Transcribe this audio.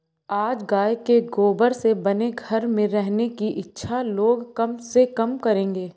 आज गाय के गोबर से बने घर में रहने की इच्छा लोग कम से कम करेंगे